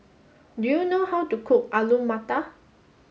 do you know how to cook Alu Matar